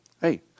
Hey